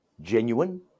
genuine